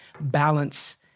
balance